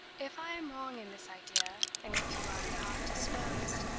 if i am wrong in this idea, and if you are not disposed,